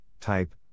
type